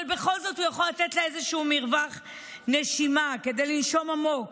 אבל בכל זאת הוא יכול לתת לה איזשהו מרווח נשימה כדי לנשום עמוק